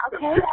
Okay